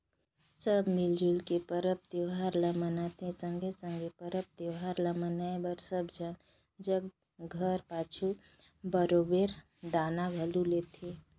सब मिल जुइल के परब तिहार ल मनाथें संघे संघे परब तिहार ल मनाए बर सब झन जग घर पाछू बरोबेर दान घलो लेथें